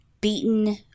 beaten